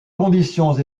conditions